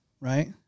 Right